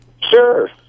Sure